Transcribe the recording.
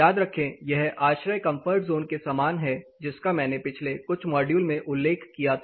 याद रखें यह ASHRAE कम्फर्ट जोन के समान है जिसका मैंने पिछले मॉड्यूल में उल्लेख किया था